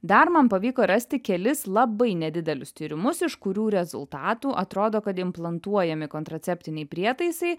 dar man pavyko rasti kelis labai nedidelius tyrimus iš kurių rezultatų atrodo kad implantuojami kontraceptiniai prietaisai